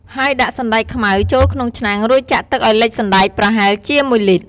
ហើយដាក់សណ្ដែកខ្មៅចូលក្នុងឆ្នាំង រួចចាក់ទឹកឱ្យលិចសណ្ដែក ប្រហែលជា ១ លីត្រ។